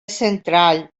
central